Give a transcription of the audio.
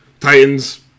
Titans